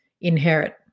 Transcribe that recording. inherit